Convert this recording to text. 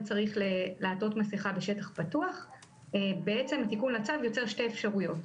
צריך לעטות מסכה בשטח פתוח בעצם תיקון הצו יוצר שתי אפשרויות,